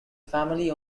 family